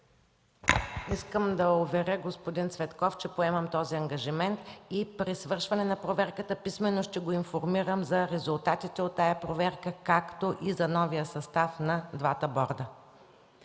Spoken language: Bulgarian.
Искам да уверя господин Цветков, че поемам този ангажимент и след свършване на проверката писмено ще го информирам за резултатите от нея, както и за новия състав на двата борда.